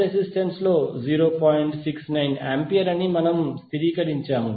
69 ampere అని మనము స్థిరీకరించాము